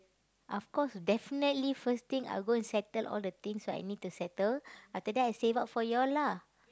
of course definitely first thing I will go and settle all the things I need to settle after that I save up for you all lah